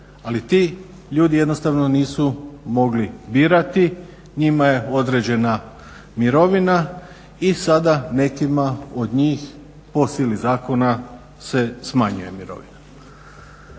Ali ti ljudi jednostavno nisu mogli birati, njima je određena mirovina i sada nekima od njih po sili zakona se smanjuje mirovina.